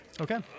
Okay